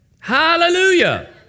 Hallelujah